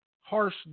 harsh